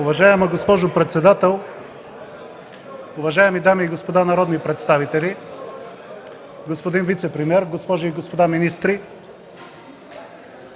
Уважаема госпожо председател, уважаеми дами и господа народни представители, господин вицепремиер, госпожи и господа министри!